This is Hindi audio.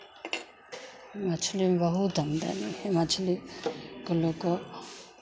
मछली बहुत आमदनी है मछली को लोग को